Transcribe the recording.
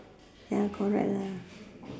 ya correct lah